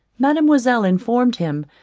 mademoiselle informed him,